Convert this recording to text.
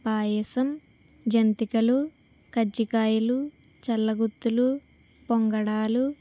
పాయసం జంతికలు కజ్జికాయలు చల్లగుత్తులు పొంగడాలు